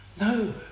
No